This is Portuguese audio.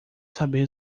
saber